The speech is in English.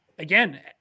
Again